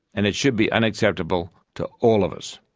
and it should be unacceptable to all of us.